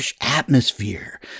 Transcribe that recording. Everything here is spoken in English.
atmosphere